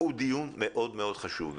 הוא דיון מאוד חשוב.